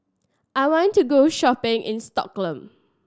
I want to go shopping in Stockholm